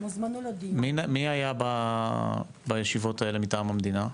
מי היה בישיבות האלה מטעם המדינה,